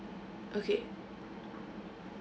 okay